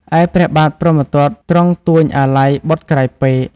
ឯព្រះបាទព្រហ្មទត្តទ្រង់ទួញអាល័យបុត្រក្រៃពេក។